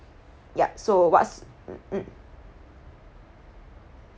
ya so what's mmhmm